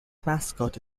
mascot